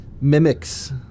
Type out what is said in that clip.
mimics –